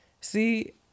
see